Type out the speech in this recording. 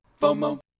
FOMO